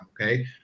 Okay